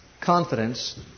confidence